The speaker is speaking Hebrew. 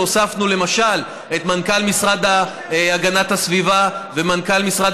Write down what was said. והוספנו למשל את מנכ"ל המשרד להגנת הסביבה ומנכ"ל משרד